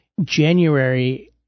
January